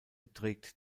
trägt